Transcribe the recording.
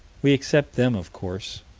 we accept them, of course.